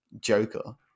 Joker